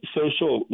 social